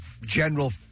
general